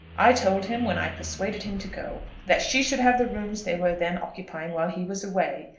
i told him, when i persuaded him to go, that she should have the rooms they were then occupying while he was away.